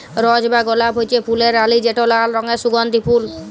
রজ বা গোলাপ হছে ফুলের রালি যেট লাল রঙের সুগল্ধি ফল